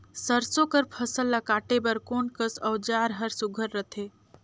सरसो कर फसल ला काटे बर कोन कस औजार हर सुघ्घर रथे?